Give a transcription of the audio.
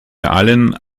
allen